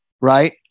right